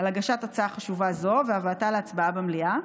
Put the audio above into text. על הגשת הצעה חשובה זו והבאתה להצבעה במליאה.